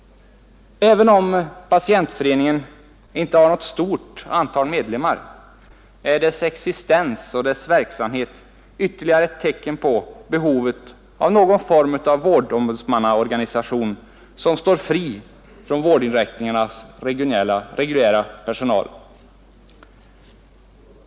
Även om patientföreningen inte har något stort antal medlemmar är dess existens och dess verksamhet ytterligare ett tecken på behov av någon form av vårdombudsmannaorganisation som står fri från vårdinrättningarnas reguljära personal.